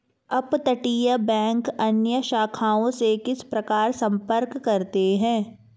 अपतटीय बैंक अन्य शाखाओं से किस प्रकार संपर्क करते हैं?